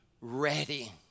ready